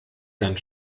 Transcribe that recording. ganz